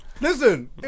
listen